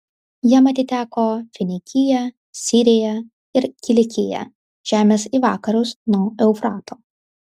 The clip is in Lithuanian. jam atiteko finikija sirija ir kilikija žemės į vakarus nuo eufrato